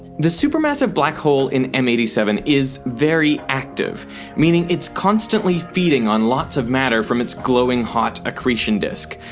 the supermassive black hole in m eight seven is very active meaning it's constantly feeding on lots of matter from its glowing hot accretion disk,